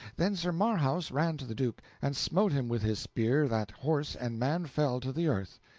then sir marhaus ran to the duke, and smote him with his spear that horse and man fell to the earth.